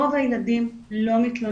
רוב הילדים לא מתלוננים,